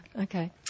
okay